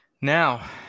now